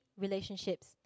relationships